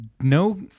no